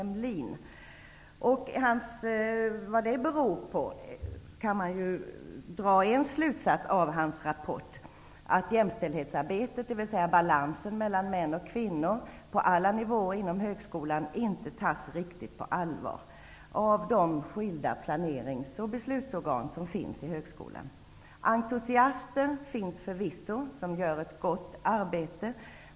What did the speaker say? Man kan dra en slutsats av hans rapport när det gäller vad det beror på att jämställdhetsarbetet, dvs. att åstadkomma balans mellan män och kvinnor på alla nivåer inom högskolan, inte tas riktigt på allvar av de skilda planerings och beslutsorgan som finns inom högskolan. Entusiaster som gör ett gott arbete finns förvisso.